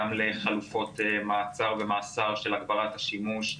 גם לחלופות מעצר ומאסר של הגברת השימוש,